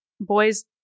boys